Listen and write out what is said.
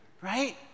Right